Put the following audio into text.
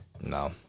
No